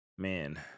Man